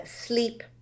sleep